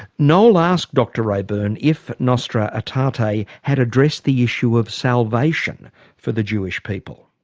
noel asked dr reaburn if nostra aetate ah aetate had addressed the issue of salvation for the jewish people?